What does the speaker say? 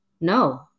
No